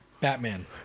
Batman